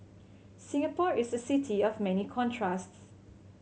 Singapore is a city of many contrasts